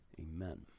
amen